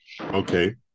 Okay